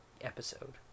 episode